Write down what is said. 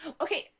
okay